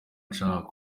nshaka